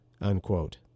unquote